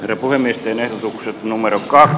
arvoimme sen ehdotukset numerotkaan